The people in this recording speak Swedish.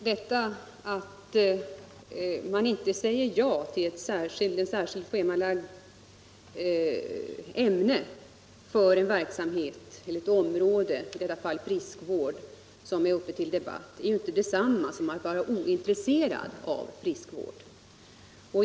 Herr talman! Att man inte säger ja till scehemabindning av ett särskilt ämnesområde, i detta fall friskvården, är inte detsamma som att vara ointresserad av friskvård.